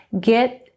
Get